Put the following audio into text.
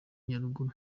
nyaruguru